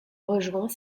rejoint